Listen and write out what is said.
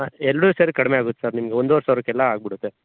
ಹಾಂ ಎರಡು ಸೇರಿ ಕಡಿಮೆ ಆಗುತ್ತೆ ಸರ್ ನಿಮ್ಗೆ ಒಂದುವರೆ ಸಾವಿರಕ್ಕೆ ಎಲ್ಲ ಆಗಿಬಿಡುತ್ತೆ